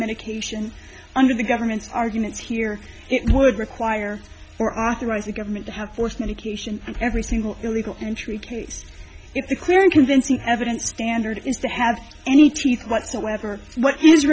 medication under the government's arguments here it would require or occupies the government to have forced medication every single illegal entry case it's a clear and convincing evidence standard is to have any teeth whatsoever what